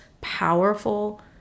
powerful